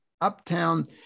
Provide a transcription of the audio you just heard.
Uptown